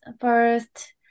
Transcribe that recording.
first